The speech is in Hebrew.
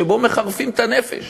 שבהם מחרפים את הנפש.